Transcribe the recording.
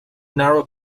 narrow